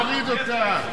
להוריד אותה.